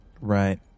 Right